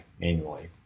manually